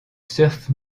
surf